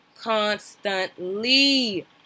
constantly